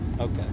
Okay